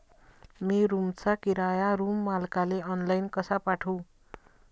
मी रूमचा किराया रूम मालकाले ऑनलाईन कसा पाठवू?